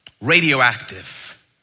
Radioactive